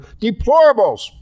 deplorables